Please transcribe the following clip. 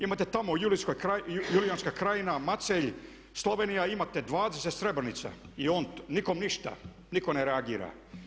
Imate tamo julianska krajina, Macelj, Slovenija imate 20 Srebrnica i nikom ništa, nitko ne reagira.